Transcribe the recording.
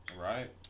Right